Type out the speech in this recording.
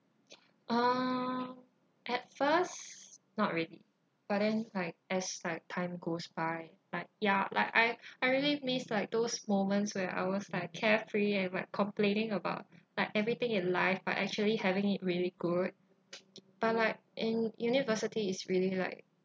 um at first not really but then like as like time goes by like ya like I I really miss like those moments where I was like carefree and like complaining about like everything in life but actually having it really good but like in university is really like